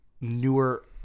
newer